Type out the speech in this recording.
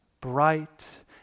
bright